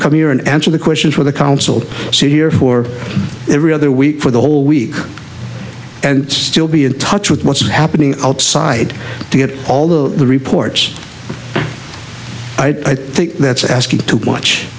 come here and answer the questions for the council to sit here for every other week for the whole week and still be in touch with what's happening outside to get all the reports i think that's asking to